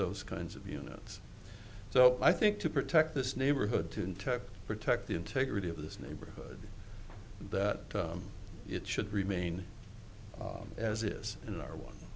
those kinds of units so i think to protect this neighborhood tuned to protect the integrity of this neighborhood that it should remain as it is in our one